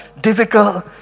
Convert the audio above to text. difficult